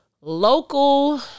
Local